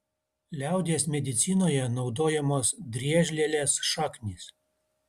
liaudies medicinoje naudojamos driežlielės šaknys